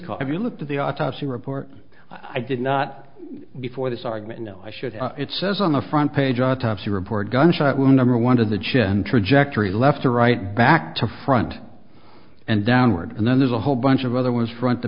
have you looked at the autopsy report i did not before this argument no i should it says on the front page autopsy report gunshot wound or one of the chin trajectory left to right back to front and downward and then there's a whole bunch of other ones front t